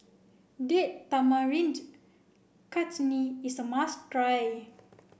Date Tamarind Chutney is a must try